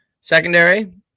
Secondary